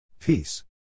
Peace